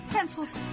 Pencils